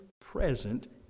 present